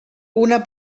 una